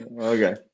Okay